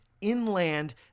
inland